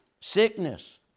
sickness